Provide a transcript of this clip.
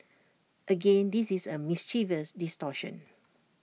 again this is A mischievous distortion